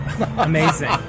Amazing